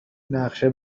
نقشه